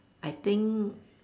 I think